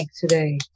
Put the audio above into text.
today